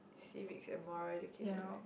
civics and moral education